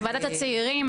ועדת הצעירים,